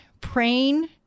praying